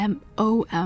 M-O-M